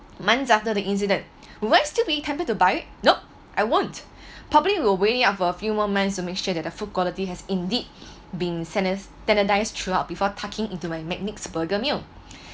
months after the incident would I still be tempted to buy it nope I won't probably will wait after a few moments to make sure that the food quality has indeed been sanders~ standardized throughout before tucking into my next burger meal